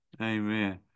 Amen